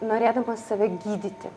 norėdamas save gydyti